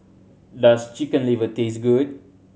does Chicken Liver taste good